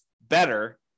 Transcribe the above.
better